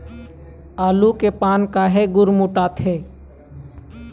आलू के पान काहे गुरमुटाथे?